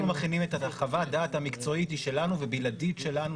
חוות הדעת המקצועית היא שלנו ובלעדית שלנו,